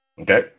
Okay